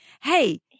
Hey